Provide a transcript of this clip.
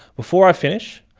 before i finish,